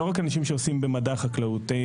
לא רק אנשים שעוסקים במדע החקלאות.